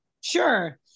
Sure